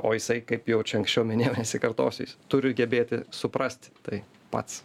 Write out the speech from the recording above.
o jisai kaip jau čia anksčiau minėjau nesikartosiu jis turi gebėti suprasti tai pats